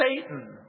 Satan